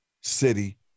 city